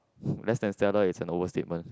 less than stellar is an overstatement